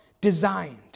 designed